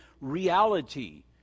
reality